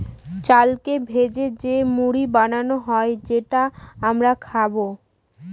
চালকে ভেজে যে মুড়ি বানানো হয় যেটা আমি খাবো